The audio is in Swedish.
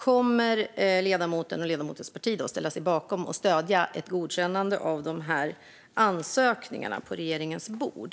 Kommer ledamoten och ledamotens parti att ställa sig bakom och stödja ett godkännande av dessa ansökningar som ligger på regeringens bord?